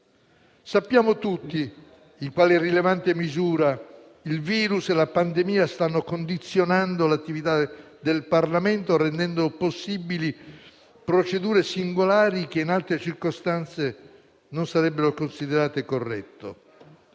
Sappiamo tutti in quale rilevante misura il *virus* e la pandemia stanno condizionando l'attività del Parlamento, rendendo possibili procedure singolari che, in altre circostanze, non sarebbero considerate corrette.